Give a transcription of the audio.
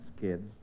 kids